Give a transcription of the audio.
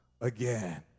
again